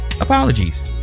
apologies